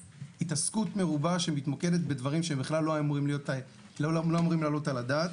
התעסקות מרובה שמתמקדת בדברים שהם בכלל לא אמורים להעלות על הדעת.